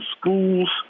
schools